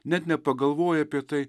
net nepagalvoja apie tai